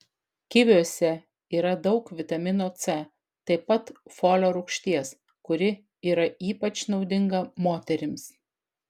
kiviuose yra daug vitamino c taip pat folio rūgšties kuri yra ypač naudinga moterims